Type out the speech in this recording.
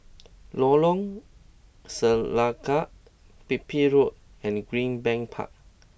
Lorong Selangat Pipit Road and Greenbank Park